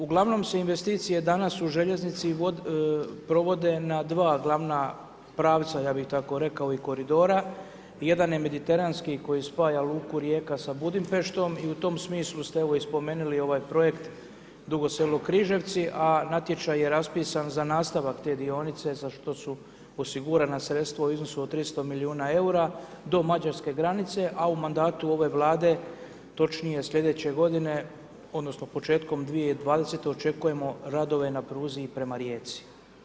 Uglavnom su investicije danas u željeznici provode na dva glavna pravca ja bih tako rekao i koridora, jedan je mediteranski koji spaja luku Rijeka sa Budimpeštom i u tom smislu ste evo i spomenuli ovaj projekt Dugo Selo – Križevci, a natječaj je raspisan za nastavak te dionice za što su osigurana sredstva u iznosu od 300 miliona EUR-a do mađarske granice a u mandatu ove Vlade, točnije slijedeće godine odnosno početkom 2020. očekujemo radove na pruzi i prema Rijeci.